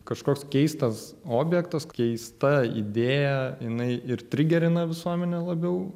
kažkoks keistas objektas keista idėja jinai ir trigerina visuomenę labiau